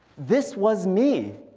this was me,